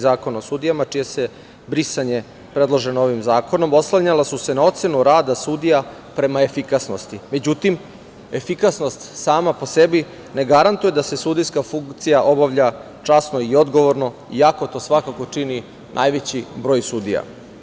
Zakona o sudijama, čije se brisanje predlaže ovim zakonom, oslanjala su se na ocenu rada sudija prema efikasnosti, međutim, efikasnost sama po sebi ne garantuje da se sudijska funkcija obavlja časno i odgovorno, iako to svakako čini najveći broj sudija.